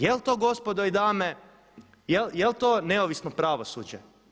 Jel to gospodo i dame, jel to neovisno pravosuđe?